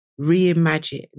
reimagine